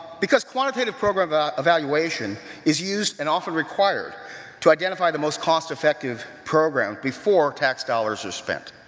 because quantitative program evaluation is used and often required to identify the most cost-effective programs before tax dollars are spent.